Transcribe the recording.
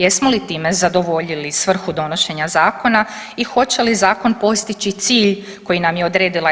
Jesmo li time zadovoljili svrhu donošenja zakona i hoće li zakon postići cilj koji nam je odredila EU?